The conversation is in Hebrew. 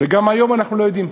גם היום אנחנו לא יודעים.